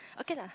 okay lah